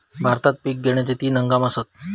भारतात पिक घेण्याचे तीन हंगाम आसत